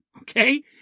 Okay